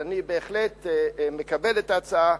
אז אני בהחלט מקבל את ההצעה,